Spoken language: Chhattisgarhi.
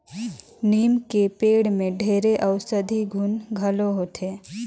लीम के पेड़ में ढेरे अउसधी गुन घलो होथे